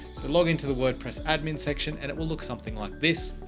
log into the wordpress admin section, and it will look something like this,